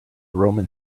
roman